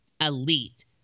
elite